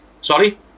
Sorry